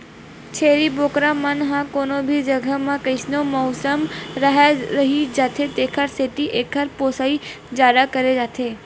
छेरी बोकरा मन ह कोनो भी जघा म कइसनो मउसम राहय रहि जाथे तेखर सेती एकर पोसई जादा करे जाथे